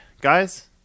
guys